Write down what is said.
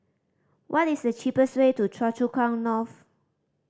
what is the cheapest way to Choa Chu Kang North